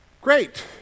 Great